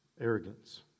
arrogance